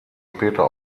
später